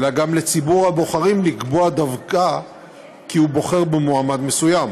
אלא גם בזכות ציבור הבוחרים לקבוע כי הוא בוחר דווקא במועמד מסוים.